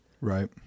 Right